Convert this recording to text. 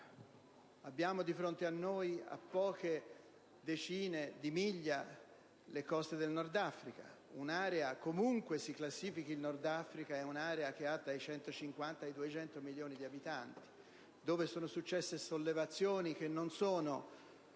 mondo. Di fronte a noi, a poche decine di miglia, si trovano le coste del Nord Africa, un'area - comunque si classifichi il Nord Africa - che conta tra i 150 ed i 200 milioni di abitanti, dove sono successe sollevazioni che non sono